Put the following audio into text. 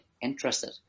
interested